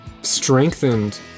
strengthened